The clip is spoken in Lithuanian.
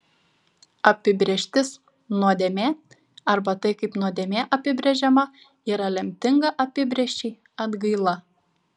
apibrėžtis nuodėmė arba tai kaip nuodėmė apibrėžiama yra lemtinga apibrėžčiai atgaila